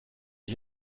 ich